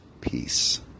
peace